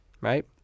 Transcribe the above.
right